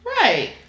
Right